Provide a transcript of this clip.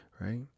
Right